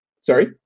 Sorry